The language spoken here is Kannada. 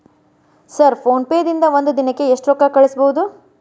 ಸರ್ ಫೋನ್ ಪೇ ದಿಂದ ಒಂದು ದಿನಕ್ಕೆ ಎಷ್ಟು ರೊಕ್ಕಾ ಕಳಿಸಬಹುದು?